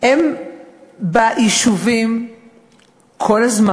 הם ביישובים כל הזמן.